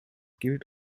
gilt